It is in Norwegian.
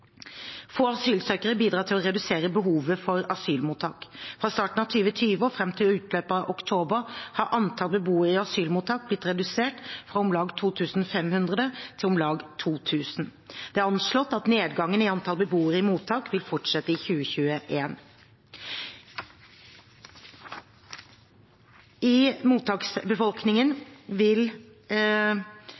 Få asylsøkere bidrar til å redusere behovet for asylmottak. Fra starten av 2020 og frem til utløpet av oktober har antall beboere i asylmottak blitt redusert fra om lag 2 500 til om lag 2 000. Det er anslått at nedgangen i antall beboere i mottak vil fortsette i 2021. Reduksjoner i mottaksbefolkningen vil